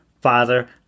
father